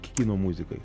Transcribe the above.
kino muzikai